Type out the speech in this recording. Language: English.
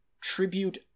tribute